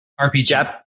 RPG